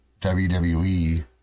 WWE